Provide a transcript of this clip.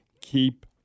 keep